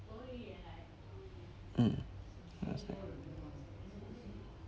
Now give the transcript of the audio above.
mm understand